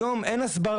היום אין הסברה.